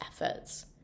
efforts